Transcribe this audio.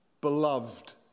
beloved